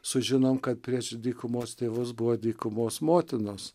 sužinom kad prieš dykumos tėvus buvo dykumos motinos